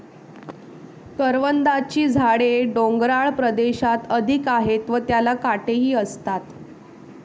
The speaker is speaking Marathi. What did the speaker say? करवंदाची झाडे डोंगराळ प्रदेशात अधिक आहेत व त्याला काटेही असतात